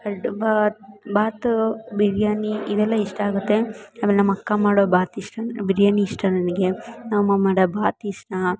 ಬಾತ್ ಬಾತು ಬಿರಿಯಾನಿ ಇವೆಲ್ಲ ಇಷ್ಟ ಆಗುತ್ತೆ ಆಮೇಲೆ ನಮ್ಮಕ್ಕ ಮಾಡೋ ಬಾತ್ ಇಷ್ಟ ಬಿರಿಯಾನಿ ಇಷ್ಟ ನನಗೆ ನಮ್ಮಮ್ಮ ಮಾಡೋ ಬಾತ್ ಇಷ್ಟ